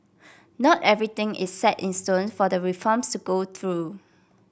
not everything is set in stone for the reforms to go through